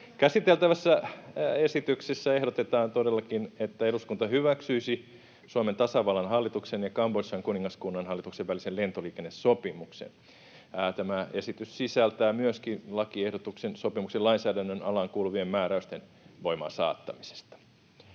Käsiteltävässä esityksessä ehdotetaan todellakin, että eduskunta hyväksyisi Suomen tasavallan hallituksen ja Kambodžan kuningaskunnan hallituksen välisen lentoliikennesopimuksen. Tämä esitys sisältää myöskin lakiehdotuksen sopimuksen lainsäädännön alaan kuuluvien määräysten voimaansaattamisesta.